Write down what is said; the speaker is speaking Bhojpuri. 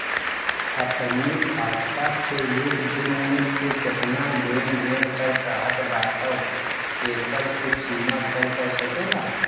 अपनी खाता से एक दिन में तू केतना लेन देन करे चाहत बाटअ एकर तू सीमा तय कर सकेला